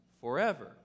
forever